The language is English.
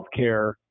healthcare